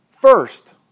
first